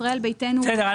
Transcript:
ישראל ביתנו --- בסדר,